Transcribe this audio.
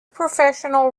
professional